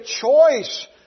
choice